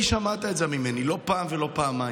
כי שמעת את זה ממני לא פעם ולא פעמיים,